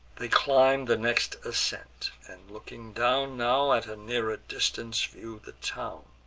they climb the next ascent, and, looking down, now at a nearer distance view the town.